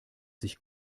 sich